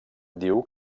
diu